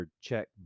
check